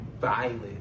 violent